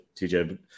TJ